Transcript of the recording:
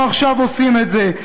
אנחנו עכשיו עושים את זה.